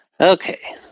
Okay